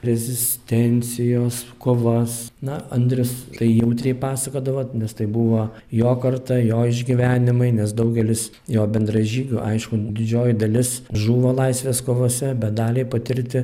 rezistencijos kovas na andrius tai jautriai pasakodavo nes tai buvo jo karta jo išgyvenimai nes daugelis jo bendražygių aišku didžioji dalis žuvo laisvės kovose bet daliai patirti